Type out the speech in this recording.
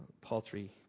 paltry